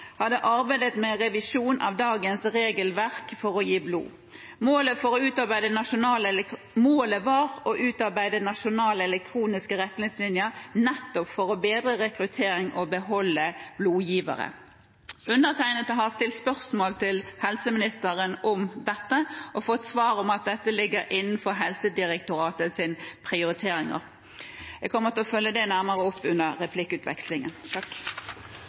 hadde arbeidet med revisjon av dagens regelverk for å gi blod. Målet var å utarbeide nasjonale elektroniske retningslinjer nettopp for å bedre rekruttering og beholde blodgivere. Undertegnede har stilt spørsmål til helseministeren om dette og fått til svar at dette ligger innenfor Helsedirektoratets prioriteringer. Jeg kommer til å følge det nærmere opp under